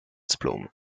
diplômes